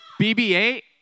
BB-8